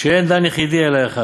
שאין דן יחידי אלא אחד'